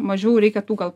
mažiau reikia tų gal